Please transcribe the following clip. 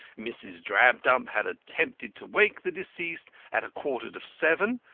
mrs. drabdump had attempted to wake the deceased at a quarter to seven,